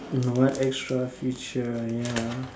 no what extra feature ya